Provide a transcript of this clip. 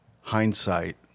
hindsight